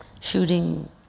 shooting